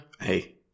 Hey